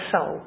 soul